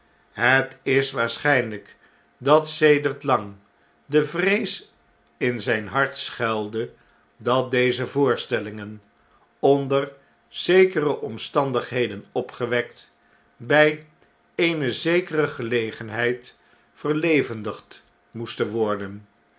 het is waarschynlyk dat sedert lang de vrees in zyn hart schuilde dat deze voorstellingen een consult onder zekere omstandigheden opgewekt bjj eene zekere gelegenheid verlevendigd moesten worden